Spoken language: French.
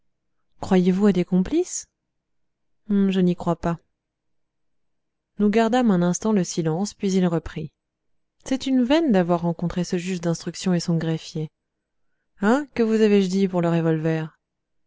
croyez-vous à des complices je n'y crois pas nous gardâmes un instant le silence puis il reprit c'est une veine d'avoir rencontré ce juge d'instruction et son greffier hein que vous avais-je dit pour le revolver